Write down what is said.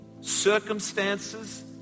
circumstances